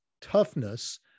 toughness